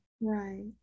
Right